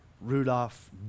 Rudolph